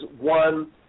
one